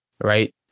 right